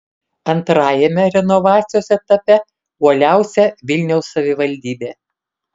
antrajame renovacijos etape uoliausia vilniaus savivaldybė